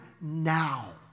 now